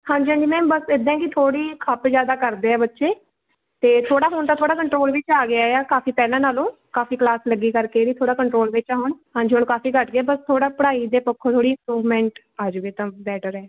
ਹਾਂਜੀ ਹਾਂਜੀ ਮੈਮ ਬਸ ਇੱਦਾਂ ਆ ਕਿ ਥੋੜ੍ਹੀ ਖੱਪ ਜ਼ਿਆਦਾ ਕਰਦੇ ਆ ਬੱਚੇ ਅਤੇ ਥੋੜ੍ਹਾ ਹੁਣ ਤਾਂ ਥੋੜ੍ਹਾ ਕੰਟਰੋਲ ਵਿੱਚ ਆ ਗਿਆ ਆ ਕਾਫੀ ਪਹਿਲਾਂ ਨਾਲੋਂ ਕਾਫੀ ਕਲਾਸ ਲੱਗੀ ਕਰਕੇ ਇਹ ਵੀ ਥੋੜ੍ਹਾ ਕੰਟਰੋਲ ਵਿੱਚ ਆ ਹੁਣ ਹਾਂਜੀ ਹੁਣ ਕਾਫੀ ਘੱਟ ਗਿਆ ਪਰ ਥੋੜ੍ਹਾ ਪੜ੍ਹਾਈ ਦੇ ਪੱਖੋਂ ਥੋੜ੍ਹੀ ਇੰਪਰੂਵਮੈਂਟ ਆ ਜਾਵੇ ਤਾਂ ਬੈਟਰ ਹੈ